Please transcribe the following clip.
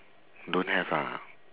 don't have ah